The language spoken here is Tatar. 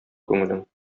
күңелең